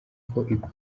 igomba